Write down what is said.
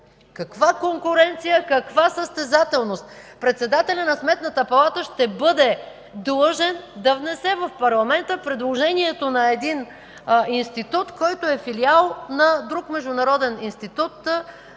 Каква конкуренция, каква състезателност?! Председателят на Сметната палата ще бъде длъжен да внесе в парламента предложението на един институт, който е филиал на друг международен институт,